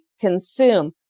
consume